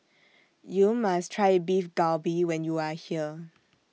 YOU must Try Beef Galbi when YOU Are here